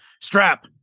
Strap